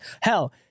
hell